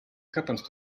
happened